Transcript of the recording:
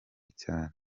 cyane